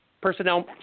personnel